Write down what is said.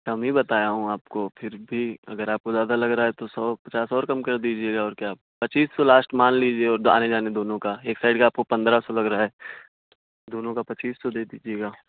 کم ہی بتایا ہوں آپ کو پھر بھی اگر آپ کو زیادہ لگ رہا ہے تو سو پچاس اور کم کر دیجیے گا اور کیا پچیس سو لاسٹ مان لیجیے آنے جانے دونوں کا ایک سائڈ کا آپ کو پندرہ سو لگ رہا ہے دونوں کا پچیس سو دے دیجیے گا